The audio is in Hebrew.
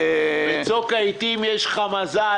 בצוק העיתים יש לך מזל.